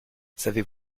savez